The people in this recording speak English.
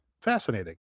fascinating